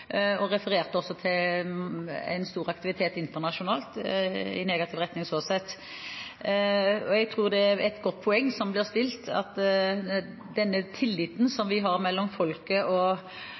stor aktivitet internasjonalt – i negativ retning, slik sett. Jeg tror det er et godt poeng som blir nevnt, at tilliten mellom folket og